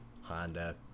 Honda